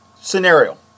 scenario